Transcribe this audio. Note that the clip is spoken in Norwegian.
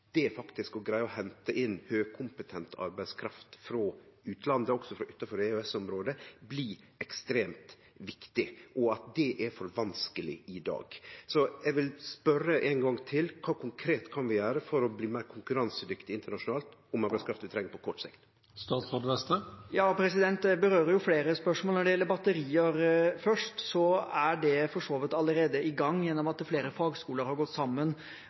det å faktisk greie å hente inn høgkompetent arbeidskraft frå utlandet, også frå utanfor EØS-området, blir ekstremt viktig, og at det er for vanskeleg i dag. Så eg vil spørje ein gong til: Kva konkret kan vi gjere for å bli meir konkurransedyktige internasjonalt når det gjeld arbeidskrafta vi treng på kort sikt? Dette berører flere spørsmål. Når det først gjelder batterier, er det for så vidt allerede i gang ved at flere fagskoler har gått